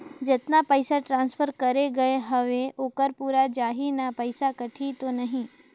जतना पइसा ट्रांसफर करे गये हवे ओकर पूरा जाही न पइसा कटही तो नहीं?